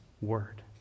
word